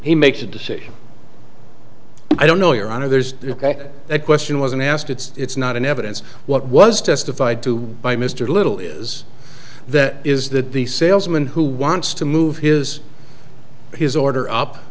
he makes a decision i don't know your honor there's a question wasn't asked it's not in evidence what was testified to by mr little is that is that the salesman who wants to move his his order up